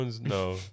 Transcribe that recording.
no